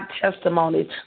testimonies